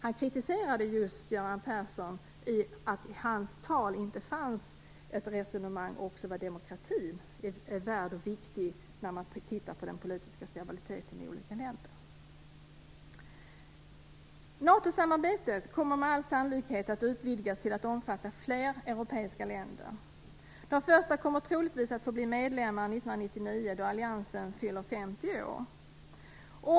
Han kritiserade Göran Persson just för att det i hans tal inte fanns något resonemang om vad demokratin är värd, och hur viktig den är, när man tittar på den politiska stabiliteten i olika länder. NATO-samarbetet kommer med all säkerhet att utvidgas till att omfatta fler europeiska länder. De första kommer troligtvis att få bli medlemmar 1999 då alliansen fyller 50 år.